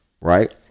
right